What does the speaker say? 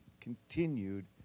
continued